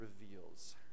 reveals